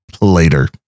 Later